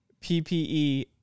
PPE